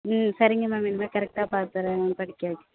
ம் சரிங்க மேம் இனிமே கரெக்டாக பார்க்கறேங்க மேம் படிக்க வச்சு